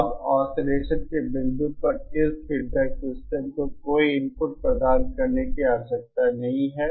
अब ऑसिलेसन के बिंदु पर इस फीडबैक सिस्टम को कोई इनपुट प्रदान करने की आवश्यकता नहीं है